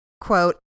Quote